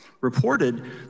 reported